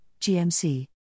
GMC